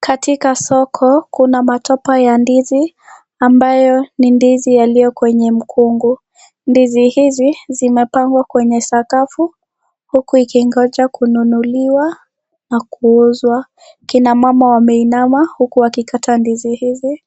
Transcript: Katika soko, kuna matopa ya ndizi ambayo ni ndizi yaliyo kwenye mkungu. Ndizi hizi zinapangwa kwenye sakafu, huku ikingoja kununuliwa na kuuzwa. Akina mama wameinama huku wakikata ndizi hizi,